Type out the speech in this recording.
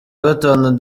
gatanu